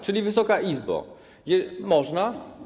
Czyli Wysoka Izbo, można?